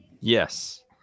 Yes